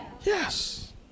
Yes